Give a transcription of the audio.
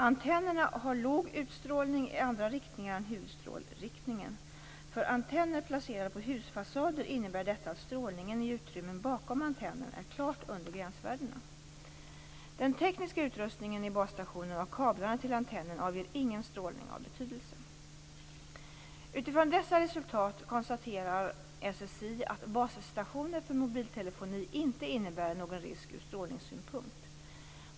Antennerna har låg utstrålning i andra riktningar än huvudstrålriktningen. För antenner placerade på husfasader innebär detta att strålningen i utrymmen bakom antennen är klart under gränsvärdena. - Den tekniska utrustningen i basstationerna och kablarna till antennen avger ingen strålning av betydelse. Utifrån dessa resultat konstaterar SSI att basstationer för mobiltelefoni inte innebär någon risk ur strålningssynpunkt.